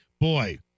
boy